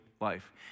life